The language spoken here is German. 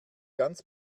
ganz